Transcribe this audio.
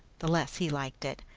the less he liked it,